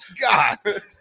God